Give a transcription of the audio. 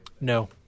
no